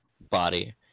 body